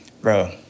bro